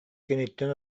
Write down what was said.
киниттэн